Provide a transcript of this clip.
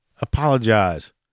apologize